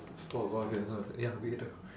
there's foie gras here now ya we ate the